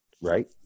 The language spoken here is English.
right